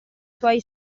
suoi